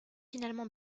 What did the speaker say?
finalement